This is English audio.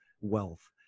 wealth